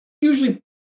usually